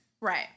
Right